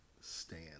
stand